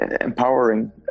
empowering